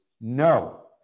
No